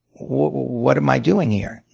what am i doing here?